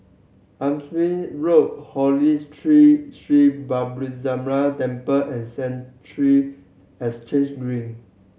Hampshire Road Holy Tree Sri Balasubramaniar Temple and Central Exchange Green